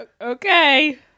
Okay